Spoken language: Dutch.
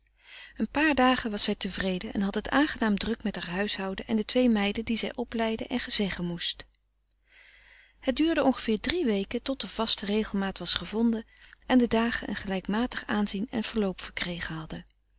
een paar dagen was zij tevreden en had het aangenaam druk met haar huishouden en de twee meiden die zij opleiden en gezeggen moest frederik van eeden van de koele meren des doods het duurde ongeveer drie weken tot de vaste regelmaat was gevonden en de dagen een gelijkmatig aanzien en verloop verkregen hadden